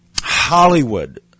Hollywood